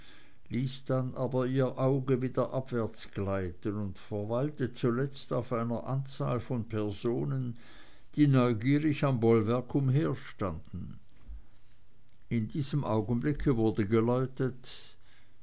ließ dann aber ihr auge wieder abwärts gleiten und verweilte zuletzt auf einer anzahl von personen die neugierig am bollwerk herumstanden in diesem augenblick wurde geläutet